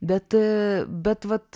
bet bet vat